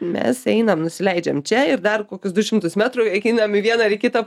mes einam nusileidžiam čia ir dar kokius du šimtus metrų einam į vieną ar į kitą